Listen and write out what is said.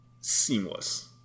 seamless